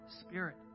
spirit